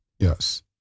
Yes